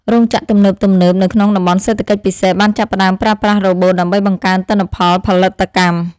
រោងចក្រទំនើបៗនៅក្នុងតំបន់សេដ្ឋកិច្ចពិសេសបានចាប់ផ្តើមប្រើប្រាស់រ៉ូបូតដើម្បីបង្កើនទិន្នផលផលិតកម្ម។